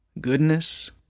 goodness